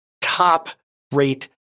top-rate